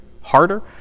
harder